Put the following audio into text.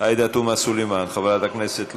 עאידה תומא סלימאן, חברת הכנסת,